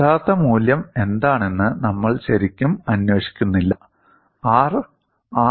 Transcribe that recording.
യഥാർത്ഥ മൂല്യം എന്താണെന്ന് നമ്മൾ ശരിക്കും അന്വേഷിക്കുന്നില്ല R